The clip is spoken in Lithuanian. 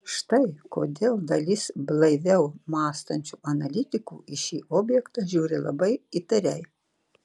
štai kodėl dalis blaiviau mąstančių analitikų į šį objektą žiūri labai įtariai